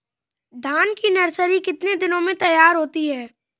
धान की नर्सरी कितने दिनों में तैयार होती है?